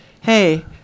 hey